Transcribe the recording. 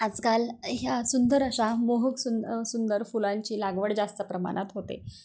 आजकाल ह्या सुंदर अशा मोहक सु सुंदर फुलांची लागवड जास्त प्रमाणात होते